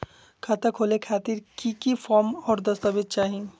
खाता खोले खातिर की की फॉर्म और दस्तावेज चाही?